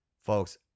folks